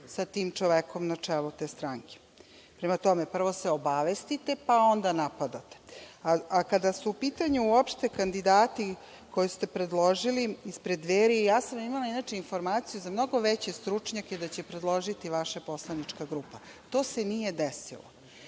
sa tim čovekom na čelu te stranke. Prema tome, prvo se obavestite pa onda napadate. Kada su u pitanju uopšte kandidati koje ste predložili ispred Dveri, ja sam dobila informaciju za mnogo veće stručnjake koje će predložiti vaša poslanička grupa. To se nije desilo. Sa